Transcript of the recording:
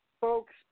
folks